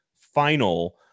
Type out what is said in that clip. final